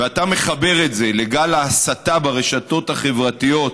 ואתה מחבר את זה לגל ההסתה ברשתות החברתיות,